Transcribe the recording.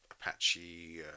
Apache